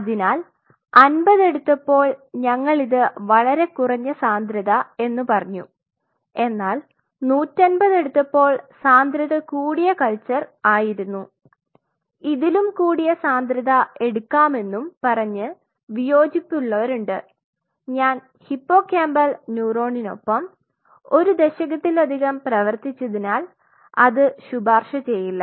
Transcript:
അതിനാൽ 50 എടുത്തപ്പോൾ ഞങ്ങൾ ഇത് വളരെ കുറഞ്ഞ സാന്ദ്രത എന്ന് പറഞ്ഞു എന്നാൽ 150 എടുത്തപ്പോൾ സാന്ദ്രത കൂടിയ കൾച്ചർ ആയിരുന്നു ഇതിലും കൂടിയ സാന്ദ്രത എടുക്കാമെന്നും പറഞ്ഞ് വിയോജിപ്പുള്ളവരുണ്ട് ഞാൻ ഹിപ്പോകാമ്പൽ ന്യൂറോണിനൊപ്പം ഒരു ദശകത്തിലധികം പ്രവർത്തിച്ചതിനാൽ അത് ശുപാർശ ചെയ്യില്ല